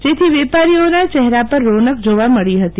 જેથી વેપારીઓના ચહેરા પર રોનક જોવા મળી હતી